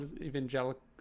evangelical